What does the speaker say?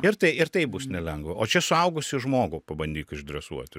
ir tai ir tai bus nelengva o čia suaugusį žmogų pabandyk išdresuoti